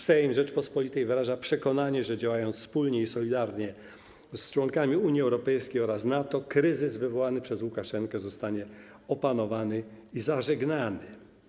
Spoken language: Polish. Sejm Rzeczypospolitej wyraża przekonanie, że działając wspólnie i solidarnie z członkami Unii Europejskiej oraz NATO, kryzys wywołany przez Łukaszenkę zostanie opanowany i zażegnany.